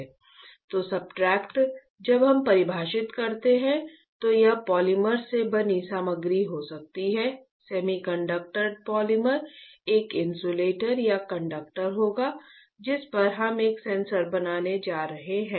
तो सब्सट्रेट जब हम परिभाषित करते हैं तो यह पॉलीमर से बनी सामग्री हो सकती है सेमीकंडक्टर पॉलीमर एक इंसुलेटर या कंडक्टर होगा जिस पर हम एक सेंसर बनाने जा रहे हैं